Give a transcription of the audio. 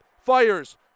fires